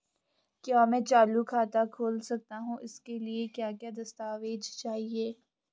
क्या मैं चालू खाता खोल सकता हूँ इसके लिए क्या क्या दस्तावेज़ चाहिए?